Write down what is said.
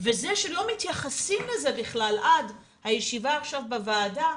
וזה שלא מתייחסים לזה בכלל עד הישיבה עכשיו בוועדה,